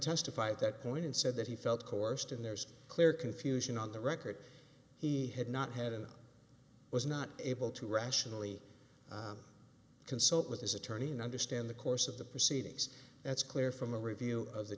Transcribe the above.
testify at that point and said that he felt coerced and there's clear confusion on the record he had not had an was not able to rationally consult with his attorney and understand the course of the proceedings it's clear from a review